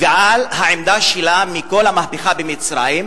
ועל העמדה שלה על כל המהפכה במצרים,